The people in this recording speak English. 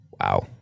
wow